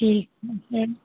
ठीक है